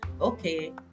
Okay